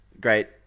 great